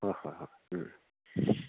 ꯍꯣꯏ ꯍꯣꯏ ꯍꯣꯏ ꯎꯝ ꯎꯝ